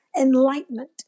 enlightenment